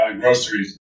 groceries